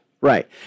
Right